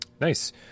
Nice